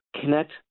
connect